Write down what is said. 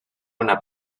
una